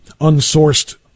unsourced